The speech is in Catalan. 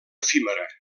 efímera